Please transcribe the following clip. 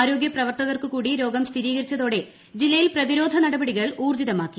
ആരോഗ്യ പ്രവർത്തകർക്കു കൂടി രോഗം സ്ഥിരീകരിച്ചതോടുകൂടി ജില്ലയിൽ പ്പ്തിരോധ നടപടികൾ ഊർജ്ജിതമാക്കി